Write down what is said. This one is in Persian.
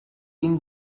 این